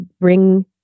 bring